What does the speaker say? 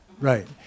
Right